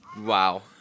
Wow